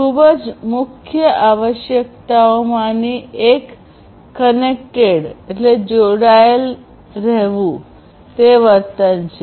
ખૂબ જ મુખ્ય આવશ્યકતાઓમાંની એક કનેક્ટેડ જોડાયેલ વર્તન છે